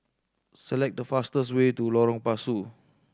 select the fastest way to Lorong Pasu